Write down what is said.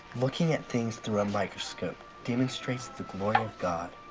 looking at things through a microscope demonstrates the glory of god.